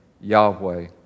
Yahweh